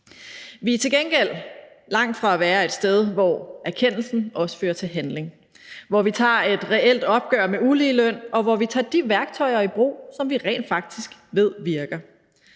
Vi er til gengæld langt fra at være et sted, hvor erkendelsen også fører til handling, hvor vi tager et reelt opgør med uligeløn, og hvor vi tager de værktøjer i brug, som vi rent faktisk ved virker.